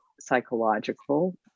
psychological